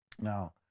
Now